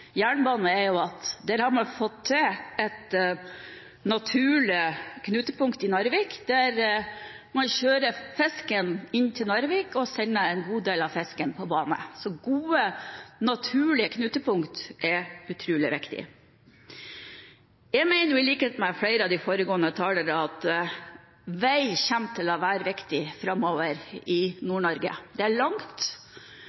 jernbane, er at man har fått til et naturlig knutepunkt i Narvik. Man kjører fisken inn til Narvik og sender en god del av den videre på bane. Gode, naturlige knutepunkter er utrolig viktig. Jeg mener – i likhet med flere av de foregående talere – at vei kommer til å være viktig i Nord-Norge framover. Det er langt: